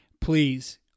Please